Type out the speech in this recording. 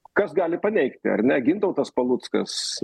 kas gali paneigti ar ne gintautas paluckas